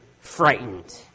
frightened